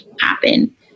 happen